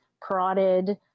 prodded